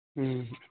ہوں